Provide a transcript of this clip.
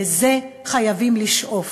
לזה חייבים לשאוף.